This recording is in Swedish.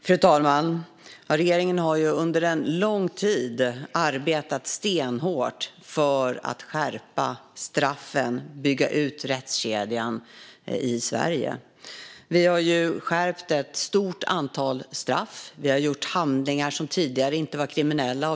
Fru talman! Regeringen har under en lång tid arbetat stenhårt för att skärpa straffen och bygga ut rättskedjan i Sverige. Vi har skärpt ett stort antal straff, och vi har kriminaliserat handlingar som tidigare inte var kriminella.